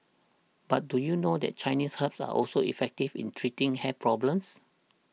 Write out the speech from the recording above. but do you know that Chinese herbs are also effective in treating hair problems